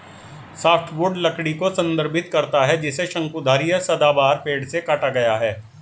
softwood लकड़ी को संदर्भित करता है जिसे शंकुधारी या सदाबहार पेड़ से काटा गया है